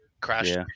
crashed